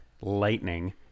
lightning